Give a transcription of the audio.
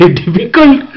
difficult